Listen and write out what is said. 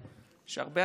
הרבה אנשי ליכוד